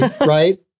right